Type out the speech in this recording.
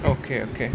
okay okay